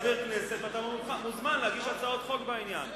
אתה חבר כנסת, אתה מוזמן להגיש הצעות חוק בעניין.